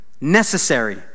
necessary